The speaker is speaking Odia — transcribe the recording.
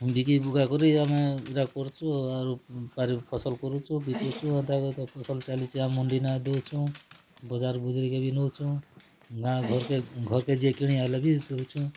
ବିକି ବୁକା କରି ଆମେ ଏରା କରୁଛୁ ଆରୁ ବାରି ଫସଲ କରୁଛୁ ବିକୁଛୁ ଏନ୍ତା କରି ତ ଫସଲ ଚାଲିଛି ଆମ ମଣ୍ଡି ନା ଦଉଛୁ ବଜାର ବୁଜିର କେ ବି ନଉଛୁ ଗାଁ ଘର କେ ଘର କେ ଯେ କିଣି ଆଇଲେ ବି ଦଉଛୁ